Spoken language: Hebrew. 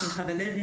אני חוה לוי,